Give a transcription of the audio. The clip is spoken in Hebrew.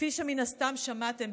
כפי שמן הסתם שמעתם,